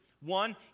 One